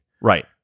Right